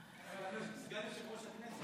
סגן יושב-ראש הכנסת.